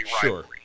Sure